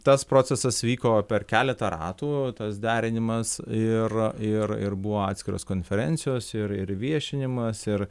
tas procesas vyko per keletą ratų tas derinimas ir ir ir buvo atskiros konferencijos ir ir viešinimas ir